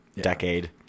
decade